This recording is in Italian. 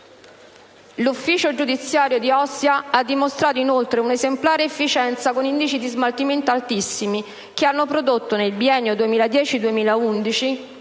L'ufficio giudiziario di Ostia ha dimostrato, inoltre, un'esemplare efficienza, con indici di smaltimento altissimi, che hanno prodotto nel biennio 2010-2011